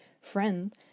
friend